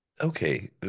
okay